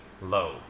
low